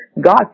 God